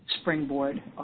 springboard